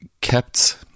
kept